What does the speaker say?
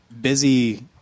busy